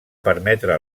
permetre